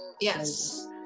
yes